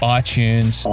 iTunes